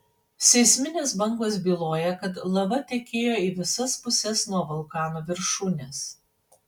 seisminės bangos byloja kad lava tekėjo į visas puses nuo vulkano viršūnės